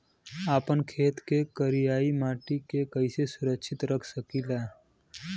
आपन खेत के करियाई माटी के कइसे सुरक्षित रख सकी ला?